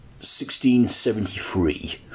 1673